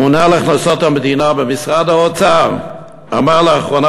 הממונה על הכנסות המדינה במשרד האוצר אמר לאחרונה